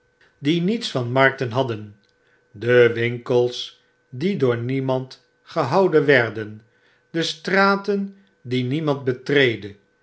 die niets van markten hadden de winkels die door niemand gehouden werden de straten die niemand betreedde